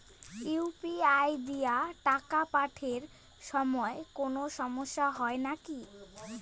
UPI দিয়া টাকা পাঠের সময় কোনো সমস্যা হয় নাকি?